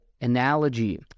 analogy